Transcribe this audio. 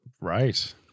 Right